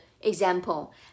example